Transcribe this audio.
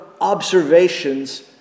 observations